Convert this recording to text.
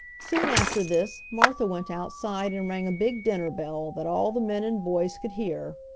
soon after this martha went outside and rang a big dinner bell that all the men and boys could hear.